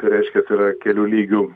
tai reiškias yra kelių lygių